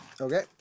Okay